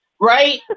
Right